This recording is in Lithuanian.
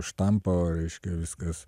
štampo reiškia viskas